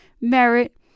merit